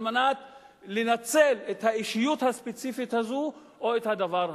על מנת לנצל את האישיות הספציפית הזאת או את הדבר הזה.